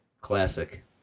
Classic